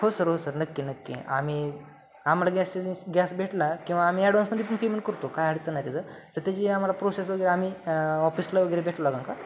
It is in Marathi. हो सर हो सर नक्की नक्की आम्ही आम्हाला गॅस गॅस भेटला किंवा आम्ही ॲडव्हान्समध्ये पण पेमेंट करतो काय अडचण नाही त्याचं त्याची आम्हाला प्रोसेस वगैरे आम्ही ऑफिसला वगैरे भेटावं लागेल का